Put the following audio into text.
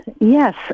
Yes